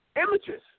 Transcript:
images